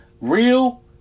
real